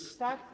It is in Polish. Tak.